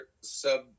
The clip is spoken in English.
sub